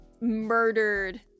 murdered